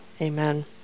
Amen